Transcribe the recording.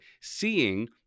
seeing